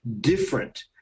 different